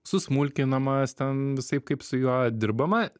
susmulkinamas ten visaip kaip su juo dirbama